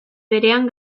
berean